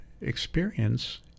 experience